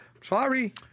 sorry